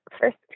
first